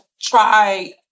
try